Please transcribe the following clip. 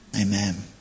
Amen